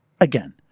again